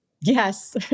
Yes